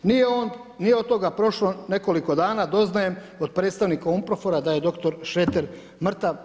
Nije od toga prošlo nekoliko dana, doznajem od predstavnika UNPROFORA da je dr. Šreter mrtav.